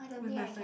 with my friend